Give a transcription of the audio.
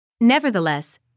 Nevertheless